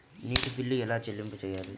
నీటి బిల్లు ఎలా చెల్లింపు చేయాలి?